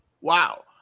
Wow